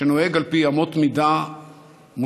שנוהג על פי אמות מידה מוסריות,